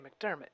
McDermott